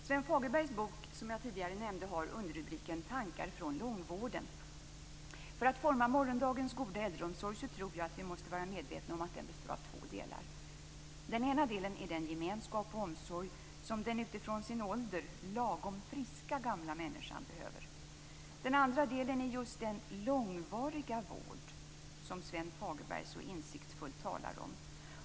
Sven Fagerbergs bok som jag tidigare nämnde har underrubriken Tankar från långvården. För att forma morgondagens goda äldreomsorg tror jag att vi måste vara medvetna om att den består av två delar. Den ena delen är den gemenskap och omsorg som den utifrån sin ålder "lagom friska" gamla människan behöver. Den andra delen är just den långvariga vård som Sven Fagerberg så insiktsfullt talar om.